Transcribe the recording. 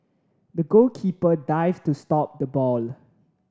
the goalkeeper dived to stop the ball